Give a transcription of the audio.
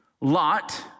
Lot